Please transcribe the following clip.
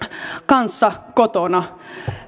kanssa kotona